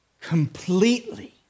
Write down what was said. completely